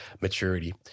maturity